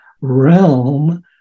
realm